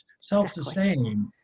self-sustaining